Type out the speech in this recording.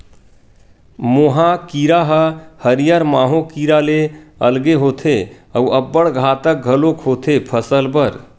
मोहा कीरा ह हरियर माहो कीरा ले अलगे होथे अउ अब्बड़ घातक घलोक होथे फसल बर